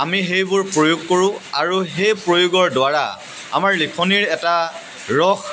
আমি সেইবোৰ প্ৰয়োগ কৰোঁ আৰু সেই প্ৰয়োগৰ দ্বাৰা আমাৰ লিখনিৰ এটা ৰস